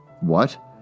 What